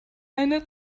eine